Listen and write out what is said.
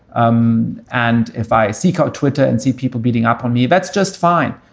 um and if i seek out twitter and see people beating up on me, that's just fine.